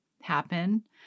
happen